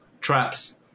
traps